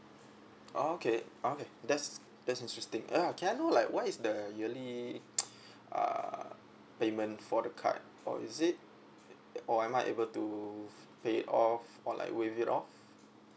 oh okay okay that's that's interesting ya can I know like what is the yearly uh payment for the card or is it or am I able to pay off or like waive it off